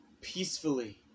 peacefully